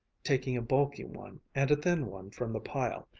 taking a bulky one and a thin one from the pile.